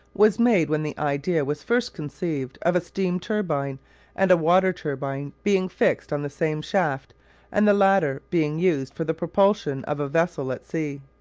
was made when the idea was first conceived of a steam-turbine and a water-turbine being fixed on the same shaft and the latter being used for the propulsion of a vessel at sea.